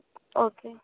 okay